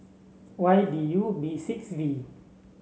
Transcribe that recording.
Y D U B six V